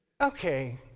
Okay